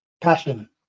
Passion